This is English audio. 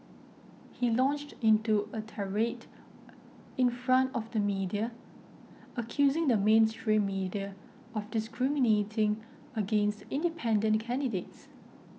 he launched into a tirade in front of the media accusing the mainstream media of discriminating against independent candidates